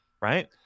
right